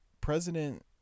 President